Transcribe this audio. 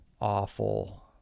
awful